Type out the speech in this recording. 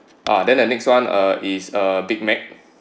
ah then the next one uh is uh big mac